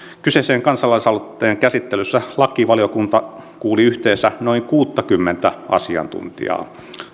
kyseisen kansalaisaloitteen käsittelyssä lakivaliokunta kuuli yhteensä noin kuuttakymmentä asiantuntijaa